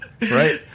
right